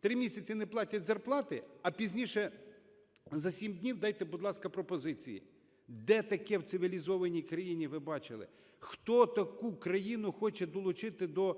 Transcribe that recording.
Три місяці не платять зарплати, а пізніше, за 7 днів дайте, будь ласка, пропозиції. Де таке в цивілізованій країні ви бачили? Хто таку країну хоче долучити до